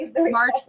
March